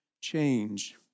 change